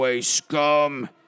scum